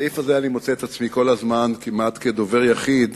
בסעיף הזה אני מוצא את עצמי כל הזמן כמעט כדובר היחיד